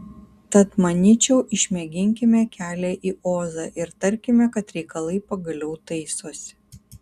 tad manyčiau išmėginkime kelią į ozą ir tarkime kad reikalai pagaliau taisosi